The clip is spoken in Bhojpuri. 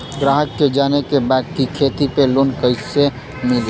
ग्राहक के जाने के बा की खेती पे लोन कैसे मीली?